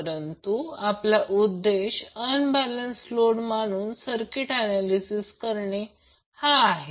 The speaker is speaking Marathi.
परंतु आपला उद्देश अनबॅलेन्स लोड मानून सर्किट ऍनॅलिसिस करणे हा आहे